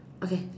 okay